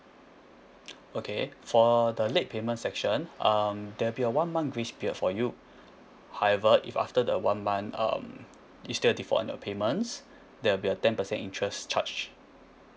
okay for the late payment section um there will be a one month grace period for you however if after the one month um you still have in your payments there will be a ten percent interest charged